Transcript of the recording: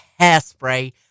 Hairspray